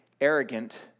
arrogant